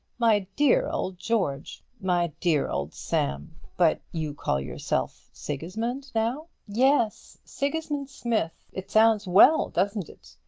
my dear old george! my dear old sam! but you call yourself sigismund now? yes sigismund smith. it sounds well doesn't it?